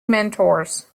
mentors